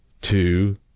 two